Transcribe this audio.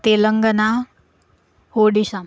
Telangana Odisha